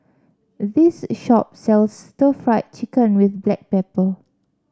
this shop sells Stir Fried Chicken with Black Pepper